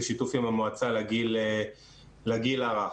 בשיתוף עם המועצה לגיל הרך.